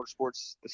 Motorsports